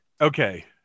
Okay